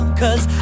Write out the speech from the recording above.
cause